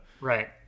right